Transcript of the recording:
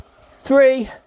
Three